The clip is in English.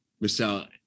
Michelle